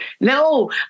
No